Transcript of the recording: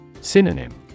Synonym